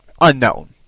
unknown